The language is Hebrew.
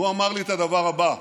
הוא אמר לי את הדבר הבא,